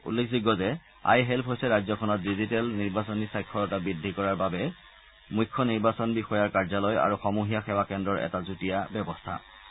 উল্লেখযোগ্য যে I help হৈছে ৰাজ্যখনত ডিজিটেল নিৰ্বাচনী সাক্ষৰতা বৃদ্ধি কৰাৰ বাবে মূখ্য নিৰ্বাচন বিষয়াৰ কাৰ্যালয় আৰু সমূহীয়া সেৱা কেন্দ্ৰৰ এটা যুটীয়া পদক্ষেপ